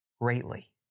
greatly